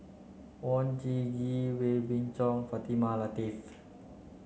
Oon Jin Gee Wee Beng Chong Fatimah Lateef